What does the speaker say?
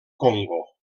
congo